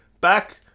Back